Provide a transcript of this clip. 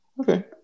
Okay